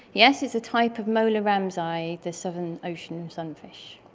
yes, he's a type of mola ramsayi, this southern ocean sunfish.